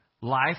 life